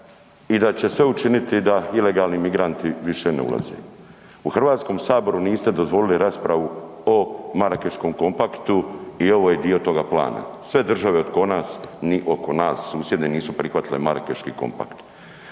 i da će se sve učiniti da ilegalni migranti više ne ulaze. U HS-u niste dozvolili raspravu o Marakeškom kompaktu i ovo je dio toga plana, sve države ni oko nas susjedne nisu prihvatile Marakeški kompakt.